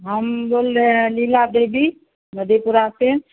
हम बोल रहे हैं लीला देवी मधेपुरा से